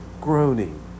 groaning